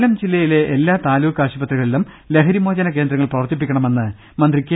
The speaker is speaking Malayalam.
കൊല്ലം ജില്ലയിലെ എല്ലാ താലൂക്ക് ആശുപത്രികളിലും ലഹരിമോചന കേന്ദ്രങ്ങൾ പ്രവർത്തിപ്പിക്കണമെന്ന് മന്ത്രി കെ